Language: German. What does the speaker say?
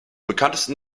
bekanntesten